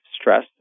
stress